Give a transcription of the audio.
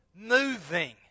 moving